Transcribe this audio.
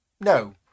No